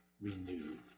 renewed